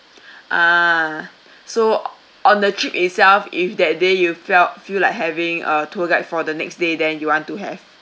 ah so on the trip itself if that day you felt feel like having a tour guide for the next day then you want to have